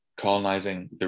colonizing